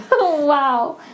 Wow